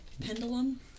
pendulum